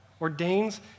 ordains